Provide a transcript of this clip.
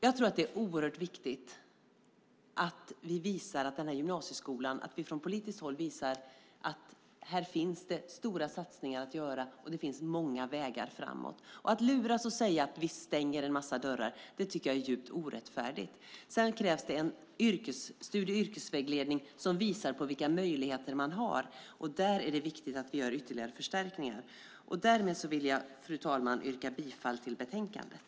Jag tror att det är oerhört viktigt att vi från politiskt håll visar att det i gymnasieskolan finns stora satsningar att göra och många vägar framåt. Att luras och säga att vi stänger en massa dörrar tycker jag är djupt orättfärdigt. Sedan krävs det en studie och yrkesvägledning som visar på vilka möjligheter man har. Där är det viktigt att vi gör ytterligare förstärkningar. Därmed vill jag, fru talman, yrka bifall till betänkandet.